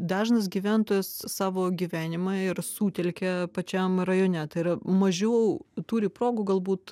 dažnas gyventojas savo gyvenimą ir sutelkia pačiam rajone tai yra mažiau turi progų galbūt